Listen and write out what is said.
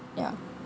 ya